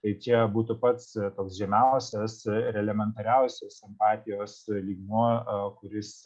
tai čia būtų pats toks žemiausias ir elementariausias simpatijos lygmuo kuris